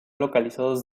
localizados